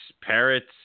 parrots